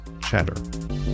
Chatter